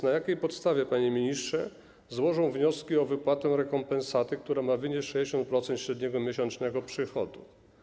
Na jakiej podstawie, panie ministrze, złożą wnioski o wypłatę rekompensaty, która ma wynieść 65% średniego miesięcznego przychodu?